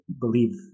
believe